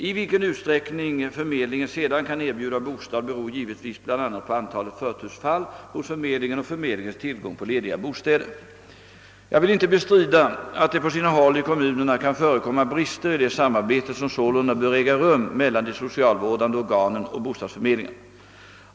I vilken utsträckning förmedlingen sedan kan erbjuda bostad beror givetvis bl.a. på antalet förtursfall hos förmedlingen och Jag vill inte bestrida att det på sina håll i kommunerna kan förekomma brister i det samarbete som sålunda bör äga rum mellan de socialvårdande organen och bostadsförmedlingarna.